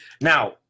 Now